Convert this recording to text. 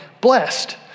blessed